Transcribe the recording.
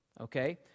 Okay